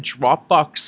Dropbox